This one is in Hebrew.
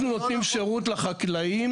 אנחנו נותנים שירות לחקלאים